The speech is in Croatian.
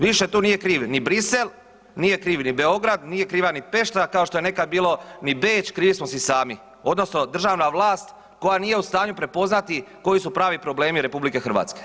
Više tu nije kriv ni Bruxelles, nije kriv ni Beograd, nije kriva ni Pešta kao što je nekad bilo, ni Beč, krivi smo si sami odnosno državna vlast koja nije u stanju prepoznati koji su pravi problemi RH.